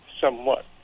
somewhat